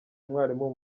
umwarimu